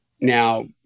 now